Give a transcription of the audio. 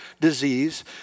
disease